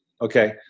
Okay